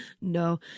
No